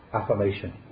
affirmation